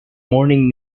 morning